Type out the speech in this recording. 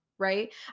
right